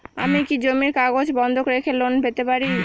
আমি কি জমির কাগজ বন্ধক রেখে লোন পেতে পারি?